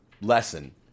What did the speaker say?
lesson